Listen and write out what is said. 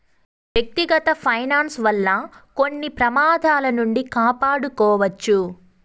వ్యక్తిగత ఫైనాన్స్ వల్ల కొన్ని ప్రమాదాల నుండి కాపాడుకోవచ్చు